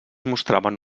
mostraven